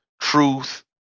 truth